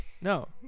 no